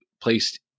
placed